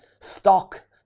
stock